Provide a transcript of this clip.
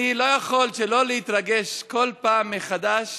אני לא יכול שלא להתרגש כל פעם מחדש